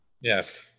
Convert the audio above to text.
Yes